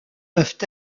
peuvent